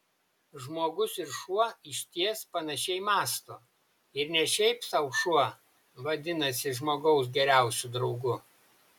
žmogus ir šuo išties panašiai mąsto ir ne šiaip sau šuo vadinasi žmogaus geriausiu draugu